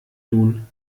nun